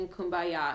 Kumbaya